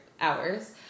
hours